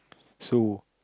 so